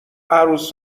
عروس